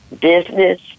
business